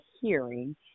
hearing